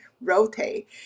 rotate